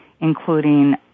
including